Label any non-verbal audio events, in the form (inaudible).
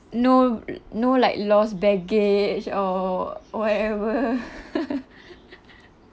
no no like lost baggage or whatever (laughs)